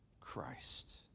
Christ